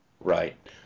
Right